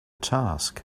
task